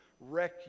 wreck